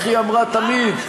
איך היא אמרה תמיד?